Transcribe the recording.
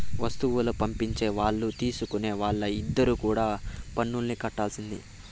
వస్తువులు పంపించే వాళ్ళు తీసుకునే వాళ్ళు ఇద్దరు కూడా పన్నులు కట్టాల్సిందే